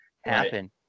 happen